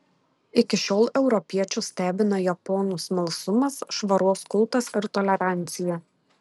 iki šiol europiečius stebina japonų smalsumas švaros kultas ir tolerancija